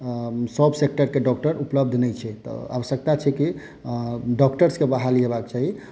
सब सेक्टर केँ डॉक्टर उपलब्ध नहि छै तऽ आवश्यकता छै कि डॉक्टर्स केँ बहाली होयबाक चाही